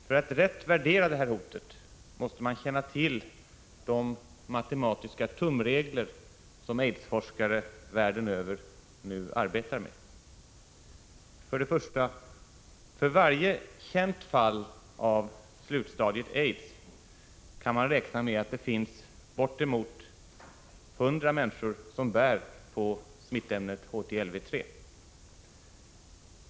För att rätt värdera det här hotet måste man känna till de matematiska tumregler som aidsforskare världen över nu arbetar med. För det första: för varje känt fall av slutstadiet av sjukdomen aids kan man räkna med att det finns bortemot 100 människor som bär på smittämnet HTLV-IIIL.